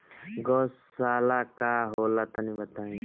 गौवशाला का होला तनी बताई?